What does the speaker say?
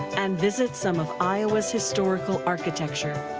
and visit some of iowa's historical architecture.